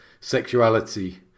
sexuality